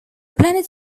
planet